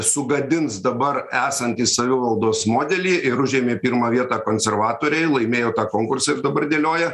sugadins dabar esantį savivaldos modelį ir užėmė pirmą vietą konservatoriai laimėjo tą konkursą ir dabar dėlioja